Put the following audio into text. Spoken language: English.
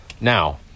Now